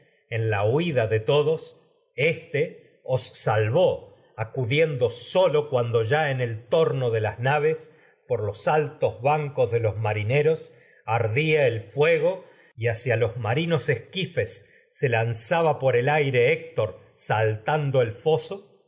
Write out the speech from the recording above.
en la todos éste os salvó acudiendo solo cuan por do ya en torno de las naves los altos bancos de los marineros ardía el fuego y hacia los marinos esquifes se saltando el que lanzaba por os el aire salvó héctor foso